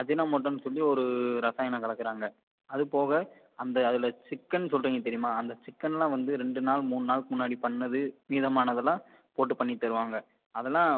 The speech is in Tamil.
அஜினமோட்டோனு சொல்லி ஒரு ரசாயனம் கலக்கிறாங்க அதுபோக அந்த அதில் சிக்கன் சொல்கிறிங்க தெரியுமா அந்த சிக்கனெலாம் வந்து ரெண்டு நாள் மூணு நாளுக்கு முன்னாடி பண்ணது மீதமானதெல்லாம் போட்டு பண்ணித்தருவாங்க அதெல்லாம்